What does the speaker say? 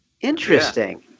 interesting